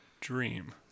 dream